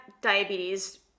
diabetes